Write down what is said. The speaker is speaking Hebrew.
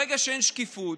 ברגע שאין שקיפות,